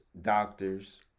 doctors